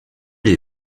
les